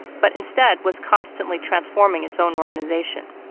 but instead was constantly transforming its own organization.